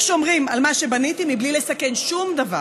שומרים על מה שבניתי מבלי לסכן שום דבר.